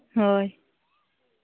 ᱦᱳᱭ